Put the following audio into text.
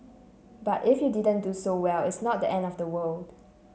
but if you didn't do so well it's not the end of the world